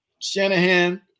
Shanahan